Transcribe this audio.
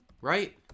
right